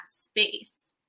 space